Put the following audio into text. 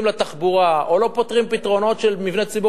לתחבורה או לא פותרים פתרונות של מבני ציבור,